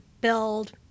build